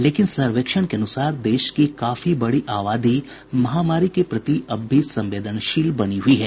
लेकिन सर्वेक्षण के अनुसार देश की काफी बड़ी आबादी महामारी के प्रति अब भी संवेदनशील बनी हुई है